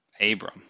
Abram